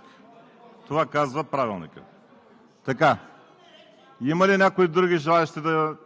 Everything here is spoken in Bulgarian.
Следващият път ще Ви бъде наложена дисциплинарна мярка „забележка“ – това казва Правилникът. Има ли други желаещи да